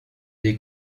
des